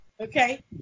Okay